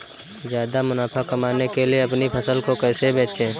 ज्यादा मुनाफा कमाने के लिए अपनी फसल को कैसे बेचें?